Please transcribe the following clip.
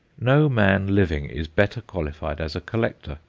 no man living is better qualified as a collector,